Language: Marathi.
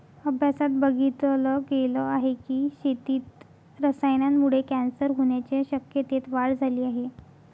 अभ्यासात बघितल गेल आहे की, शेतीत रसायनांमुळे कॅन्सर होण्याच्या शक्यतेत वाढ झाली आहे